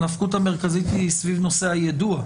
הנפקות המרכזית היא סביב נושא היידוע.